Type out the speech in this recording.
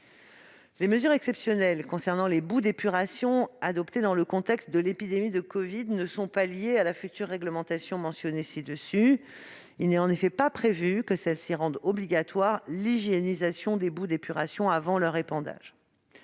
Les mesures exceptionnelles concernant les boues d'épuration adoptées dans le contexte de l'épidémie de covid-19 ne sont pas liées à la future réglementation mentionnée ci-dessus. Il n'est en effet pas prévu que celle-ci rende obligatoire l'hygiénisation des boues d'épuration avant leur épandage.